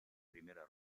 primera